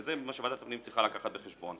וזה מה שוועדת הפנים צריכה לקחת בחשבון,